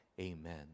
amen